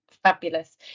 Fabulous